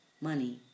money